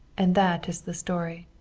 and that is the story.